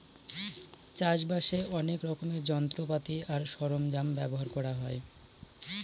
চাষ বাসে অনেক রকমের যন্ত্রপাতি আর সরঞ্জাম ব্যবহার করা হয়